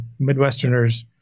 Midwesterners